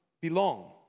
belong